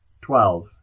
twelve